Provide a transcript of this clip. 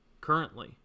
currently